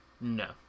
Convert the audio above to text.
No